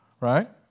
Right